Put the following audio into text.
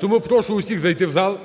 Тому я прошу всіх зайти в зал,